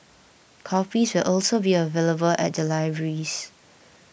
copies will also be available at the libraries